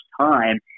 time